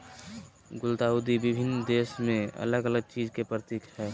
गुलदाउदी विभिन्न देश में अलग अलग चीज के प्रतीक हइ